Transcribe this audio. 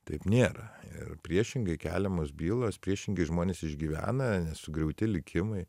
taip nėra ir priešingai keliamos bylos priešingai žmonės išgyvena ane sugriauti likimai